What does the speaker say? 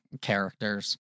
characters